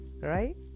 right